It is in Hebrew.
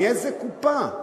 מאיזו קופה?